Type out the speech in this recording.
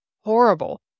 horrible